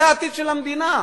זה העתיד של המדינה.